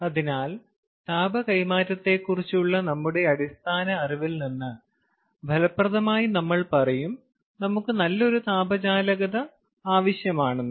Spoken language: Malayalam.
അതിനാൽ താപ കൈമാറ്റത്തെക്കുറിച്ചുള്ള നമ്മുടെ അടിസ്ഥാന അറിവിൽ നിന്ന് ഫലപ്രദമായി നമ്മൾ പറയും നമുക്ക് നല്ലൊരു താപചാലകം ആവശ്യമാണെന്ന്